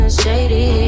shady